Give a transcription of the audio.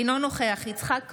אינו נוכח יצחק קרויזר,